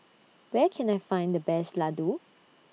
Where Can I Find The Best Ladoo